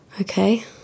Okay